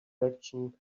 election